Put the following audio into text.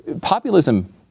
populism